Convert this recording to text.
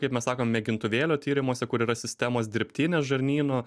kaip mes sakom mėgintuvėlio tyrimuose kur yra sistemos dirbtinės žarnyno